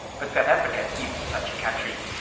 but south africa is such a country.